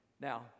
now